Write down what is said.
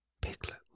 Piglet